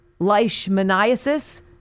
Leishmaniasis